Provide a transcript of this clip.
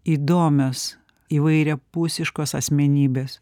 įdomios įvairiapusiškos asmenybės